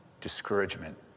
discouragement